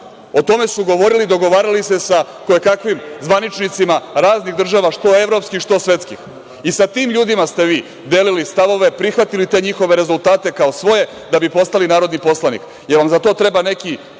O tome su govorili i dogovarali se sa kojekakvim zvaničnicima raznih država, što evropskih, što svetskih i sa tim ljudima ste vi delili stavove, prihvatili te njihove rezultate kao svoje da bi postali narodni poslanik. Jel vam za to treba neki